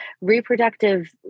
reproductive